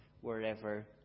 wherever